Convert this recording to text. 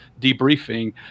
debriefing